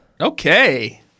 okay